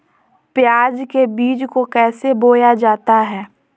प्याज के बीज को कैसे बोया जाता है?